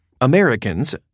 Americans